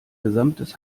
gesamtes